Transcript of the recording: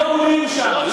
לא בונים שם.